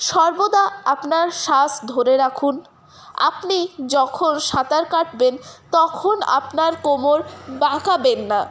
সর্বদা আপনার শ্বাস ধরে রাখুন আপনি যখন সাঁতার কাটবেন তখন আপনার কোমর বেঁকাবেন না